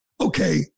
Okay